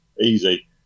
Easy